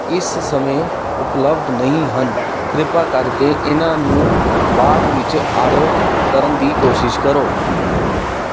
ਇਸ ਸਮੇਂ ਉਪਲਬਧ ਨਹੀਂ ਹਨ ਕਿਰਪਾ ਕਰਕੇ ਇਹਨਾਂ ਨੂੰ ਬਾਅਦ ਵਿੱਚ ਆਰਡਰ ਕਰਨ ਦੀ ਕੋਸ਼ਿਸ਼ ਕਰੋ